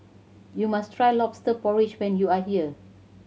you must try Lobster Porridge when you are here